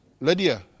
Lydia